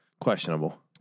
questionable